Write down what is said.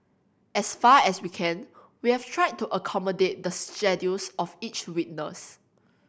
as far as we can we have tried to accommodate the schedules of each witness